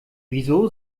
wieso